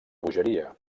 bogeria